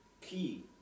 key